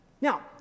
Now